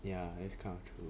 ya that's kind of true